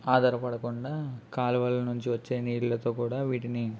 ఆధారపడకుండా కాలువల నుంచి వచ్చే నీళ్ళతో కూడా వీటిని